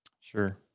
Sure